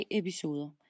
episoder